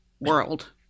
world